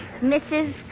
Mrs